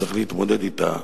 וצריך להתמודד אתה,